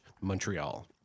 Montreal